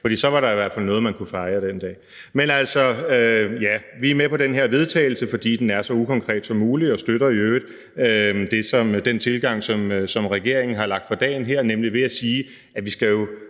for så var der i hvert fald noget, man kunne fejre den dag. Men vi er altså med i den her vedtagelsestekst, fordi den er så ukonkret som muligt, og støtter i øvrigt den tilgang, som regeringen har lagt for dagen her, nemlig at sige, at vi jo